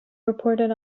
reported